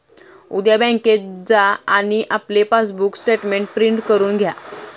उद्या बँकेत जा आणि आपले पासबुक स्टेटमेंट प्रिंट करून घ्या